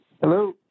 Hello